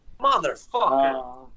Motherfucker